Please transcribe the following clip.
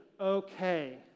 okay